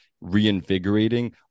reinvigorating